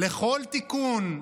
לכל תיקון,